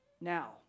Now